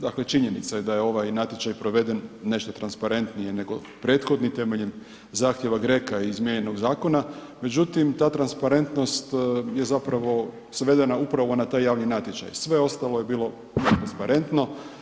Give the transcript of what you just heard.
Dakle, činjenica je da je ovaj natječaj proveden nešto transparentnije nego prethodni temeljem zahtjeva GRACO-a izmijenjenog zakona, međutim ta transparentnost je zapravo svedena upravo na taj javni natječaj, sve ostalo je bilo … transparentno.